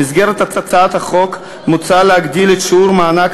במסגרת הצעת החוק מוצע להגדיל את שיעור מענק